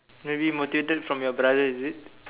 maybe motivated from your brother is it